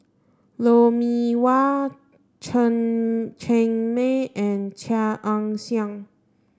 Lou Mee Wah Chen Cheng Mei and Chia Ann Siang